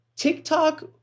TikTok